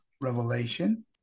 Revelation